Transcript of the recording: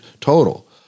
total